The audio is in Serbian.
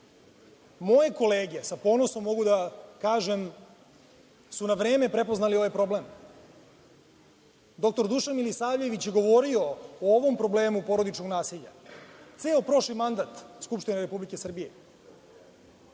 kolege, sa ponosom mogu da kažem, su na vreme prepoznali ovaj problem. Doktor Dušan Milisavljević je govorio o ovom problemu porodičnog nasilja ceo prošli mandat Skupštine Republike Srbije,